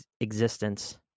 existence